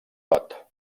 dot